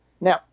Now